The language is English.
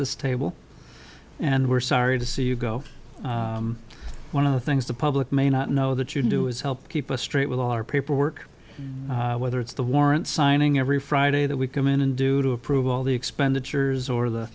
this table and we're sorry to see you go one of the things the public may not know that you do is help keep a straight with all our paperwork whether it's the warrant signing every friday that we come in and do to approve all the expenditures or the